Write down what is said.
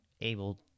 able